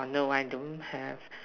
wonder why I don't have